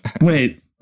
Wait